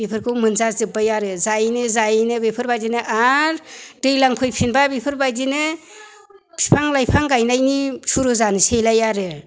बेफोरखौ मोनजाजोब्बाय आरो जायैनो जायैनो बेफोरबायदिनो आरो दैज्लां फैफिनबाय बेफोरबायदिनो बिफां लाइफां गायनायनि सुरु जानोसैलाय आरो